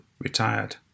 retired